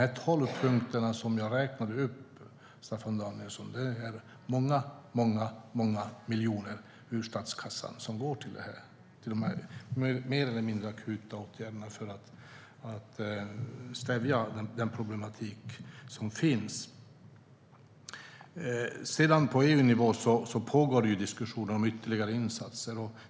De tolv punkter som jag räknade upp, Staffan Danielsson, innebär att många miljoner ur statskassan går till dessa mer eller mindre akuta åtgärder för att stävja den problematik som finns. Sedan pågår det diskussioner på EU-nivå om ytterligare insatser.